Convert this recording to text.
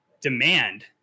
demand